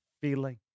feeling